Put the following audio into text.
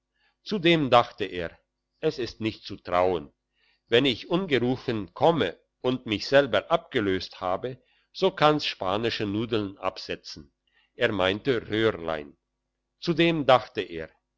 zudem dachte er es ist nicht zu trauen wenn ich ungerufen komme und mich selber abgelöst habe so kann's spanische nudeln absetzen er meinte röhrlein zudem dachte er